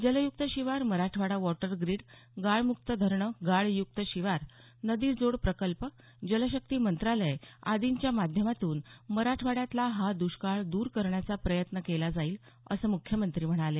जलयुक्त शिवार Marathwada water grid गाळ मुक्त धरणं गाळयुक्त शिवार नदी जोड प्रकल्प जलशक्ती मंत्रालय आदींच्या माध्यमातून मराठवाड्यातला हा दुष्काळ दूर करण्याचा प्रयत्न केला जाईल असं मुख्यमंत्री म्हणाले